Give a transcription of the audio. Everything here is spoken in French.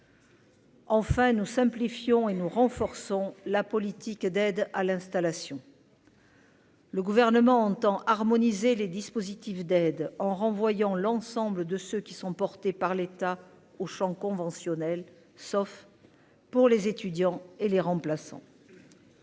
Enfin nous simplifions et nous renforçons la politique d'aide à l'installation. Le gouvernement entend harmoniser les dispositifs d'aide en renvoyant l'ensemble de ceux qui sont portés par l'État aux champs conventionnels, sauf pour les étudiants et les remplaçants.